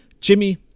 Jimmy